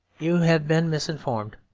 you have been misinformed.